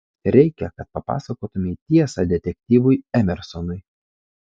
reikia kad papasakotumei tiesą detektyvui emersonui